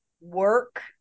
work